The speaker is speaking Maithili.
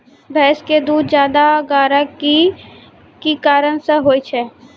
भैंस के दूध ज्यादा गाढ़ा के कि कारण से होय छै?